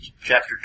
chapter